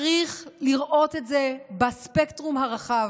צריך לראות את זה בספקטרום הרחב,